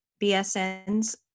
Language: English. BSNs